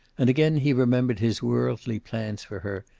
and again he remembered his worldly plans for her,